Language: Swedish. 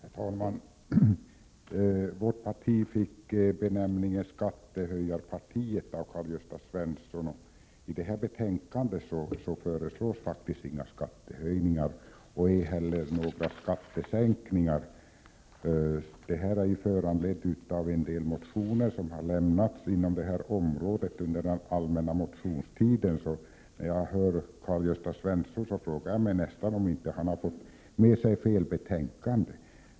Herr talman! Vårt parti fick benämningen skattehöjarpartiet av Karl Gösta Svenson. I det här betänkandet behandlas faktiskt inga förslag till skattehöjningar, och ej heller några förslag till skattesänkningar. Betänkan det är föranlett av en del motioner som har väckts på det här området under den allmänna motionstiden. När jag hörde Karl-Gösta Svenson frågade jag mig därför om han inte hade fått med sig fel betänkande.